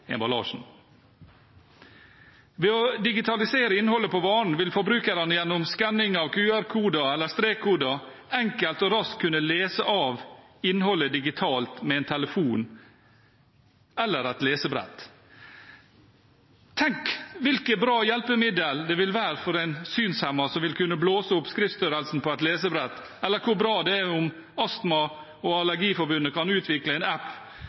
Ved å digitalisere innholdet på varen vil forbrukerne gjennom skanning av QR-koder eller strekkoder enkelt og raskt kunne lese av innholdet digitalt med en telefon eller et lesebrett. Tenk hvilket bra hjelpemiddel det vil være for en synshemmet, som vil kunne blåse opp skriftstørrelsen på et lesebrett, eller hvor bra det er om Astma- og Allergiforbundet kan utvikle en app